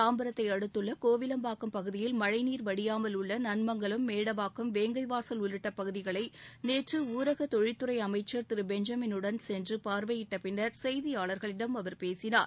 தாம்பரத்தை அடுத்துள்ள கோவிலம்பாக்கம் பகுதியில் மழைநீர் வடியாமல் உள்ள நன்மங்கலம் மேடவாக்கம் வேங்கைவாசல் உள்ளிட்ட பகுதிகளை நேற்று ஊரக தொழில்துறை அமைச்ச் திரு பெஞ்சமின் உடன் சென்று பார்வையிட்ட பின்னர் செய்தியாளர்களிடம் அவர் பேசினார்